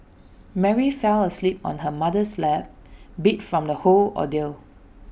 Mary fell asleep on her mother's lap beat from the whole ordeal